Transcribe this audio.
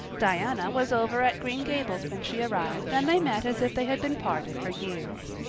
diana was over at green gables when she arrived and they met as if they had been parted for years.